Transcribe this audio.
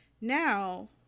Now